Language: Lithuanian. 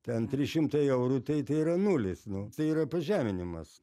ten trys šimtai eurų tai tai yra nulis nu tai yra pažeminimas